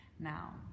Now